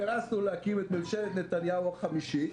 התכנסנו להקים את ממשלת נתניהו החמישית,